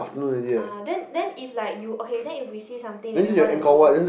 uh then then if like you okay then if we see something that we wanna do